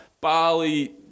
Bali